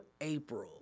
April